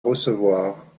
recevoir